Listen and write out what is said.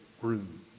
groom